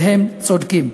והם צודקים.